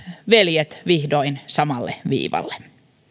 veljet vihdoin samalle viivalle